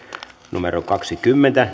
kaksikymmentä